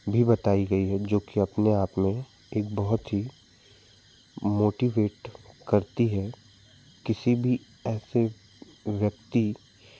भी बताई गई है जो कि अपने आप में एक बहुत ही मोटिवैट करती है किसी भी ऐसे व्यक्ति